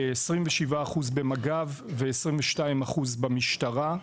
27% במג"ב ו-22% במשטרה.